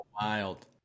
wild